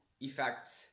effects